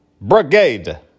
Brigade